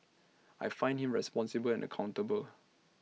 I find him responsible and accountable